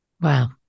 Wow